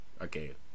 Okay